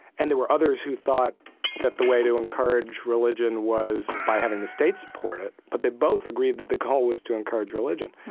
and there were others who thought that the way to encourage religion was by having the state support it, but they both agreed that the goal was to encourage religion.